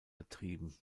betrieben